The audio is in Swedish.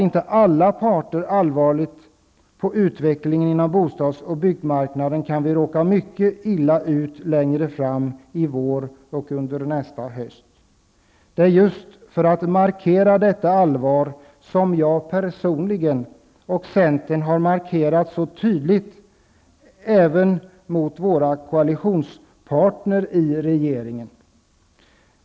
Om inte alla parter ser allvarligt på utvecklingen inom bostads och byggmarknaden kan vi längre fram, till våren och under nästa höst, råka mycket illa ut. Det är just för att markera detta allvar som jag personligen, och även centern, gjort så tydliga markeringar även gentemot våra partners i koalitionsregeringen.